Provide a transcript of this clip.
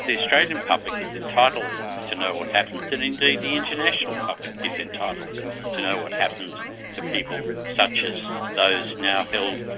australian and public is entitled to know what happens and indeed the international public is entitled to know what happens to people such as those now held,